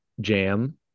jam